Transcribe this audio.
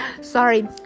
Sorry